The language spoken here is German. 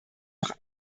noch